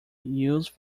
used